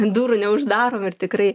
durų neuždarom ir tikrai